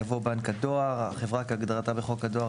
יבוא: "בנק הדואר" - החברה כהגדרתה בחוק הדואר,